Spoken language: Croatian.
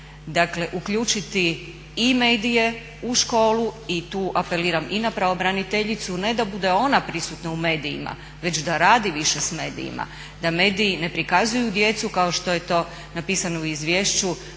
Uključiti i medije u školu i tu apeliram i na pravobraniteljicu ne da bude one prisutna u medijima već da radi više s medijima, da mediji ne prikazuju djecu kao što je to napisano u izvješću